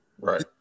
Right